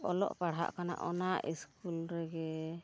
ᱚᱞᱚᱜ ᱯᱟᱲᱦᱟᱜ ᱠᱟᱱᱟ ᱚᱱᱟ ᱤᱥᱠᱩᱞ ᱨᱮᱜᱮ